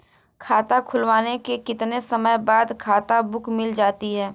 खाता खुलने के कितने समय बाद खाता बुक मिल जाती है?